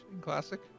Classic